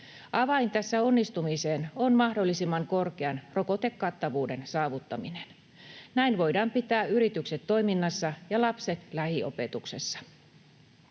Avain tässä onnistumiseen on mahdollisimman korkean rokotekattavuuden saavuttaminen. Näin voidaan pitää yritykset toiminnassa ja lapset lähiopetuksessa.